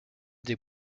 des